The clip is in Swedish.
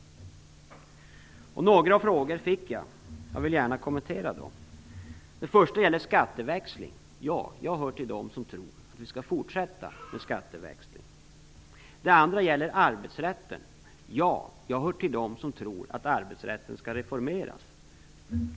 Jag fick också några frågor som jag gärna vill kommentera. Den första frågan gällde skatteväxling. Ja, jag hör till dem som tror att vi skall fortsätta med skatteväxling. Den andra frågan gällde arbetsrätten. Ja, jag hör till dem som tror att arbetsrätten skall reformeras.